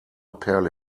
perle